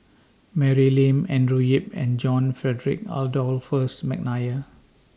Mary Lim Andrew Yip and John Frederick Adolphus Mcnair